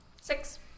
Six